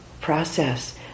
process